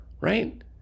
Right